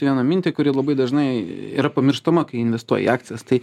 vieną mintį kuri labai dažnai yra pamirštama kai investuoji į akcijas tai